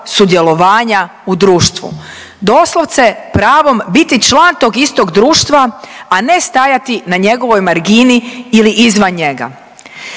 sudjelovanja u društvu. Doslovce, pravom biti član tog istog društva, a ne stajati na njegovoj margini ili izvan njega.